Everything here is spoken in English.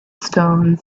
stones